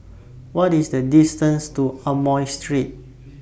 What IS The distance to Amoy Street